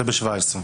זה ב-17.